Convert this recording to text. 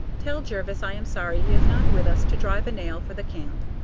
tell jervis i am sorry he is not with us to drive a nail for the camp.